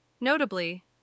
Notably